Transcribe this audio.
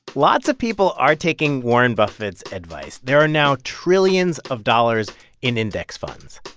lots of people are taking warren buffett's advice. there are now trillions of dollars in index funds.